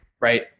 right